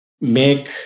make